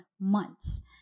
months